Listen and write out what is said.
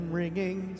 ringing